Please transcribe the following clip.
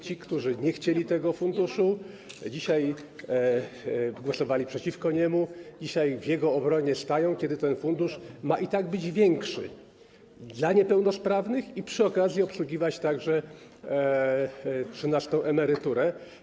Ci, którzy nie chcieli tego funduszu, głosowali przeciwko niemu, dzisiaj stają w jego obronie, kiedy ten fundusz ma i tak być większy dla niepełnosprawnych i przy okazji obsługiwać także trzynastą emeryturę.